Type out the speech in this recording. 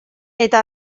eta